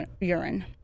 urine